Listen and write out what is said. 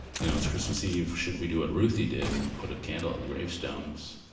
you know, it's christmas eve. should we do what ruthie did and put a candle on the gravestones?